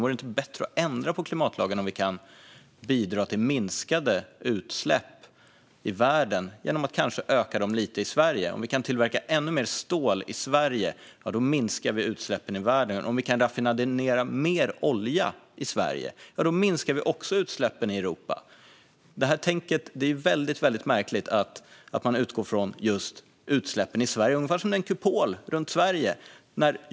Vore det inte bättre att ändra på klimatlagen om vi kan bidra till minskade utsläpp i världen genom att kanske öka dem lite i Sverige? Om vi kan tillverka ännu mer stål i Sverige minskar vi utsläppen i världen. Om vi kan raffinera mer olja i Sverige minskar vi också utsläppen i Europa. Det är väldigt märkligt att man utgår från just utsläppen i Sverige. Det är ungefär som en kupol runt Sverige.